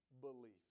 belief